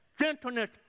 gentleness